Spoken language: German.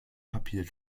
papier